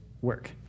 work